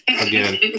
Again